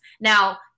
Now